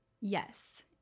Yes